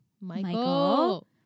Michael